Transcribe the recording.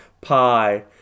Pie